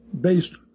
based